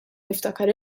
niftakar